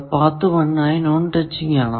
path 1 ആയി non touching ആണോ